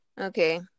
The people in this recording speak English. Okay